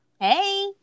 Hey